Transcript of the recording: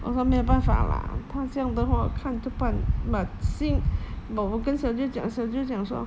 我说没有办法 lah 她这样的话看着办 but xin~ but 我跟小舅讲小舅讲说